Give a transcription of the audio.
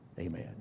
Amen